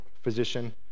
physician